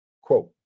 Quote